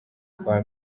kwa